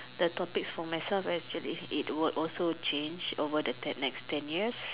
the topics for myself will also change over the next ten years